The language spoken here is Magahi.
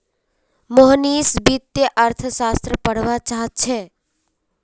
मोहनीश वित्तीय अर्थशास्त्र पढ़वा चाह छ